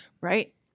Right